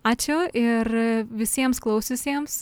ačiū ir visiems klausiusiems